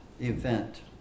event